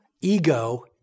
ego